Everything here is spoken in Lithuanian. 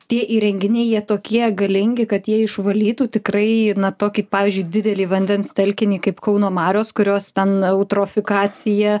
tie įrenginiai jie tokie galingi kad jie išvalytų tikrai na tokį pavyzdžiui didelį vandens telkinį kaip kauno marios kurios ten eutrofikacija